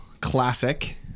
classic